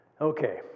Okay